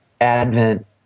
Advent